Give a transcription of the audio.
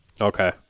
Okay